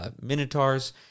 minotaurs